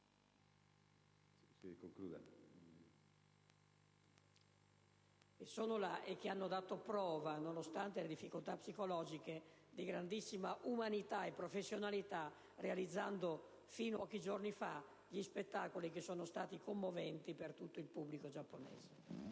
sono là e hanno dato prova, nonostante le difficoltà psicologiche, di grandissima umanità e professionalità realizzando fino a pochi giorni fa gli spettacoli che sono stati commoventi per tutto il pubblico giapponese.